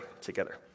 together